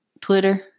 Twitter